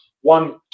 one